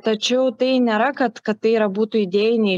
tačiau tai nėra kad kad tai yra būtų idėjiniai